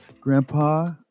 Grandpa